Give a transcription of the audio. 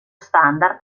standard